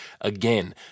again